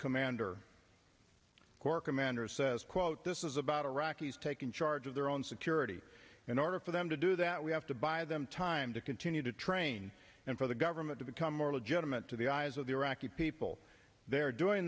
commander core commander says quote this is about iraqis taking charge of their own security in order for them to do that we have to buy them time to continue to train and for the government to become more legitimate to the eyes of the iraqi people they're doing